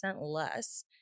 less